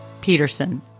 Peterson